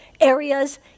areas